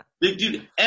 dude